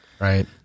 Right